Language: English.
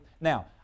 Now